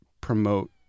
promote